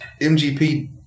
MGP